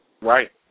Right